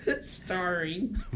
Starring